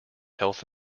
health